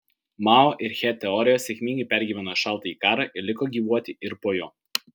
mao ir che teorijos sėkmingai pergyveno šaltąjį karą ir liko gyvuoti ir po jo